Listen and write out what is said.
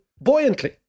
buoyantly